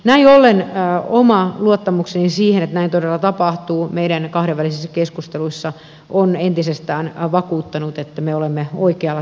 näin ollen oma luottamukseni siihen että näin todella tapahtuu on meidän kahdenvälisissä keskusteluissamme entisestään kasvanut ja ne ovat vakuuttaneet minut siitä että me olemme oikealla tiellä